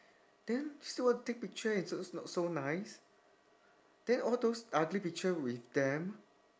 then still want take picture it's not so nice then all those ugly picture with them